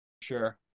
sure